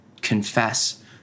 confess